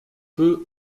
peu